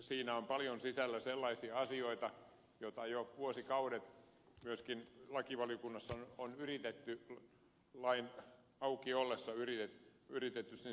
siinä on paljon sisällä sellaisia asioita joita on jo vuosikaudet myöskin lakivaliokunnassa lain auki ollessa yritetty sen sisälle saada